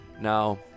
Now